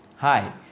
Hi